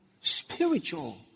spiritual